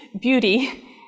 beauty